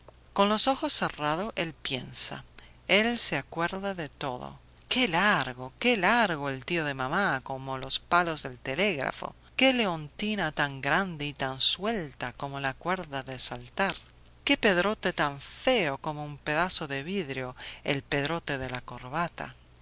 con los ojos cerrados él piensa él se acuerda de todo qué largo qué largo el tío de mamá como los palos del telégrafo qué leontina tan grande y tan suelta como la cuerda de saltar qué pedrote tan feo como un pedazo de vidrio el pedrote de la corbata